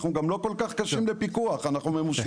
אנחנו גם לא כל כך קשים לפיקוח, אנחנו ממושמעים.